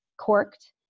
corked